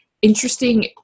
interesting